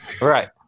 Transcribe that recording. Right